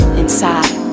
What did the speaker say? inside